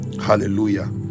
hallelujah